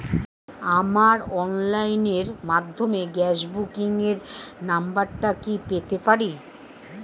আমার অনলাইনের মাধ্যমে গ্যাস বুকিং এর নাম্বারটা কি পেতে পারি?